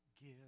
give